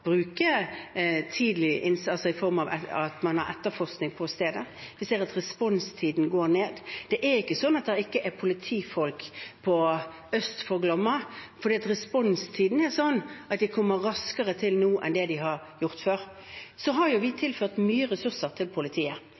i form av at man har etterforskning på stedet. Vi ser at responstiden går ned. Det er ikke slik at det ikke er politifolk øst for Glomma, for responstiden er slik at de kommer raskere til nå enn det de har gjort før. Så har vi tilført mange ressurser til politiet,